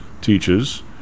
teaches